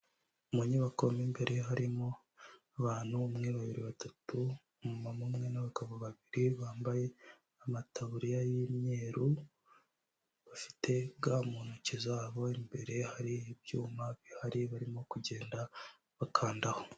Mu nyubako mo mbere harimo abantu, umwe babiri batatu, umumama umwe n'abagabo babiri, bambaye amataburiya y'imyeru, bafite ga mu ntoki zabo, imbere hari ibyuma bihari barimo kugenda bakandaho.